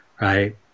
right